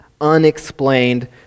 unexplained